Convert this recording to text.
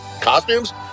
costumes